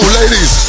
ladies